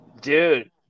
dude